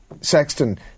Sexton